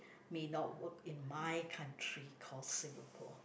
may not work in my country called Singapore